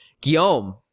Guillaume